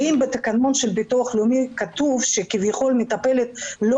אם בתקנון של ביטוח לאומי כתוב שמטפלת לא